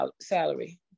salary